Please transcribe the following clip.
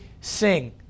sing